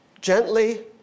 gently